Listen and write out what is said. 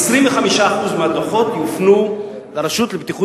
25% מההכנסות מהדוחות יופנו לרשות לבטיחות